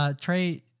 Trey